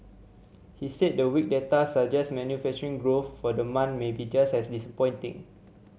he said the weak data suggests manufacturing growth for the month may be just as disappointing